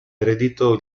ereditò